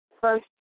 first